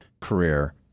career